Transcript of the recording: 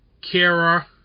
Kara